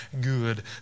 good